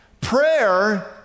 Prayer